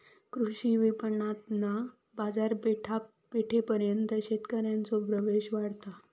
कृषी विपणणातना बाजारपेठेपर्यंत शेतकऱ्यांचो प्रवेश वाढता